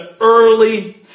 early